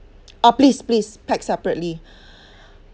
ah please please pack separately